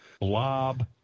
Blob